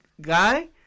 guy